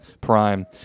prime